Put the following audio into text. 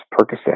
Percocet